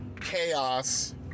chaos